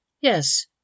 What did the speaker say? Yes